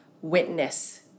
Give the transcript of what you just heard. witness